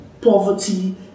poverty